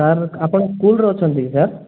sir ଆପଣ ସ୍କୁଲରେ ଅଛନ୍ତି କି ସାର୍